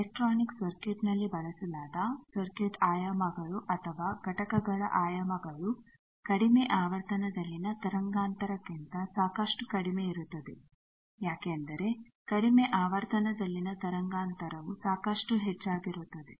electronic circuit ನಲ್ಲಿ ಬಳಸಲಾದ circuit ಆಯಾಮಗಳು ಅಥವಾ ಘಟಕಗಳ ಆಯಾಮಗಳು ಕಡಿಮೆ ಆವರ್ತನದಲ್ಲಿನ ತರಂಗಾಂತರಕ್ಕಿಂತ ಸಾಕಷ್ಟು ಕಡಿಮೆ ಇರುತ್ತದೆ ಯಾಕೆಂದರೆ ಕಡಿಮೆ ಆವರ್ತನದಲ್ಲಿನ ತರಂಗಾಂತರವು ಸಾಕಷ್ಟು ಹೆಚ್ಚಾಗಿರುತ್ತದೆ